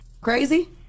Crazy